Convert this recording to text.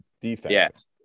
defense